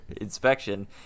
inspection